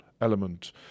element